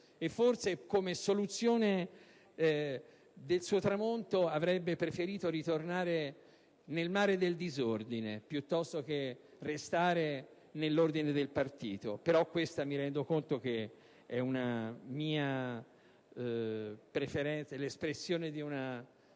come soluzione del suo tramonto, avrebbe preferito ritornare nel mare del disordine piuttosto che restare nell'ordine del partito, anche se mi rendo conto che questa è l'espressione di una